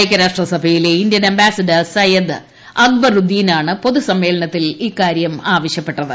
ഐക്യരാഷ്ട്രസഭയിലെ Indian ambassador Syed അക്ബറുദ്ദിനാണ് പൊതു സമ്മേളനത്തിൽ ഇക്കാര്യം ആവശ്യപ്പെട്ടത്